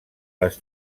les